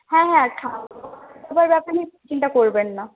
হ্যাঁ হ্যাঁ খাওয়া দাওয়ার ব্যাপার নিয়ে চিন্তা করবেন না